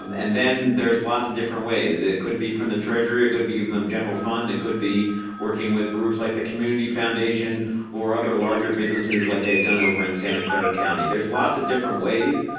and then there's lots of different ways, it could be from the treasury, it could be from the general fund. it could be working with groups like the community foundation or other larger businesses like they've done over in santa clara county. there's lots of different ways,